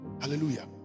hallelujah